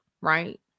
right